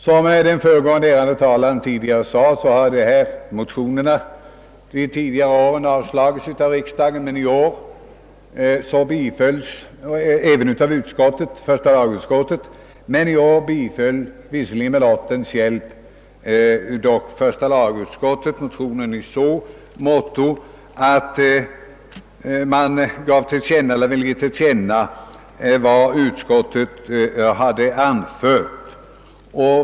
Såsom den föregående ärade talaren sade, har motionerna i denna fråga tidigare år avstyrkts av första lagutskottet och avslagits av riksdagen. I år har dock första lagutskottet, om än genom en lottmajoritet, tillstyrkt motionen i så måtto att man velat ge till känna vad utskottet anfört.